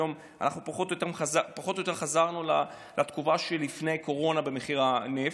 היום אנחנו פחות או יותר חזרנו לתקופה שלפני הקורונה במחיר הנפט.